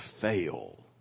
fail